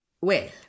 Well